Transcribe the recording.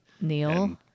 Neil